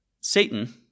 Satan